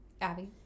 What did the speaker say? abby